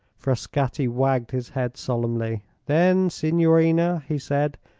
frascatti wagged his head solemnly. then, signorina, he said,